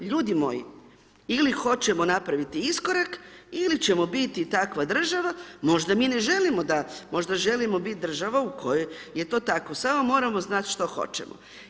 Ljudi moji, ili hoćemo napraviti iskorak ili ćemo biti takva država, možda mi ne želimo da, možda želimo biti država u kojoj je to tako, samo moramo znati što hoćemo.